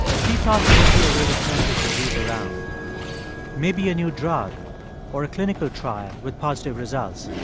she thought there would be a way to turn this disease around maybe a new drug or a clinical trial with positive results.